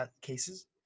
cases